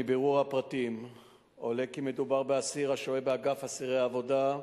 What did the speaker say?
מבירור הפרטים עולה כי מדובר באסיר השוהה באגף אסירי עבודה,